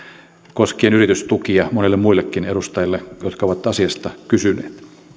yritystukia monille muillekin edustajille jotka ovat asiasta kysyneet